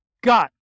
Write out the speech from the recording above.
got